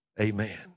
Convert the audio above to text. Amen